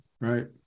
right